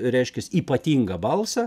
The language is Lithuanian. reiškias ypatingą balsą